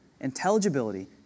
Intelligibility